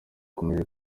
bakomeje